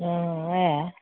हां ऐ